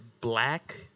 black